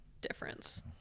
difference